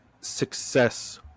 success